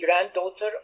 granddaughter